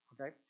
Okay